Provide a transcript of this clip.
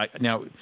now